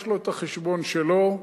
יש לו החשבון שלו.